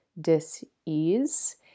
dis-ease